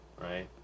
right